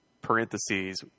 parentheses